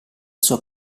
sua